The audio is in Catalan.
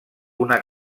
una